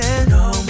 no